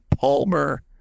Palmer